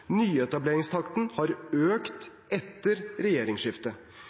Nyetableringstakten har økt etter regjeringsskiftet.